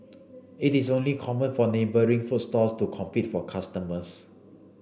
it is only common for neighbouring food stalls to compete for customers